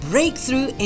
Breakthrough